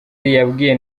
yabwiye